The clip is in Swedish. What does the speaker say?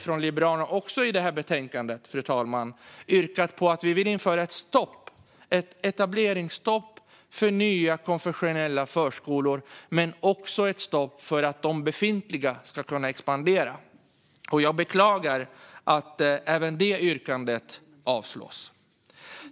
Därför har vi i det här betänkandet yrkat på att vi vill införa ett etableringsstopp för nya konfessionella förskolor men också ett stopp för att de befintliga ska kunna expandera. Jag beklagar att även det yrkandet avstyrks.